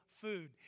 food